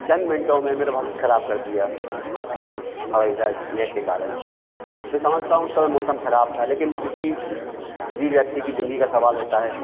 चंद मिनटों में मेरे भविष्य ख़राब कर दिया आपके हवाई ज़हाज़ लेट के कारण मैं समझता हूँ उस समय मौसम ख़राब था लेकिन किसी भी व्यक्ति की ज़िंदगी का सवाल रहता है